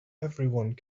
everyone